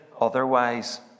otherwise